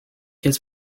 his